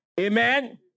Amen